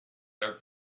dal